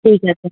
ঠিক আছে